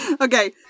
okay